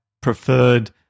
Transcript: preferred